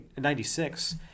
96